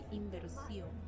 inversión